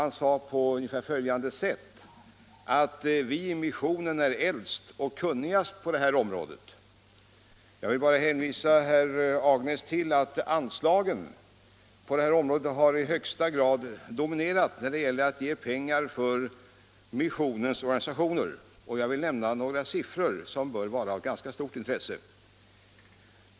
Han sade ungefär att missionen är äldst och kunnigast på det här området. Jag vill bara hänvisa till att anslagen till missionens organisationer i högsta grad har dominerat, och jag vill nämna några siffror som bör vara av ganska stort intresse.